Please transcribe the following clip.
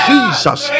Jesus